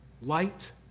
Light